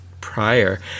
prior